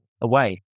away